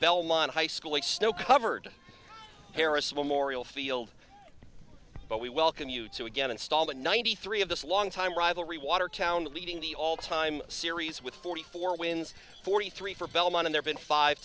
belmont high school a snow covered paris memorial field but we welcome you to again install the ninety three of this longtime rivalry watertown leading the all time series with forty four wins forty three for belmont in there in five